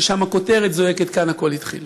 שם הכותרת זועקת: "כאן הכול התחיל"?